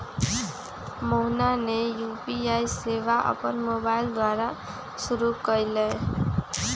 मोहना ने यू.पी.आई सेवा अपन मोबाइल द्वारा शुरू कई लय